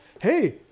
hey